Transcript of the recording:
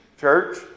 church